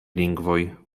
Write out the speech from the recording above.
lingvoj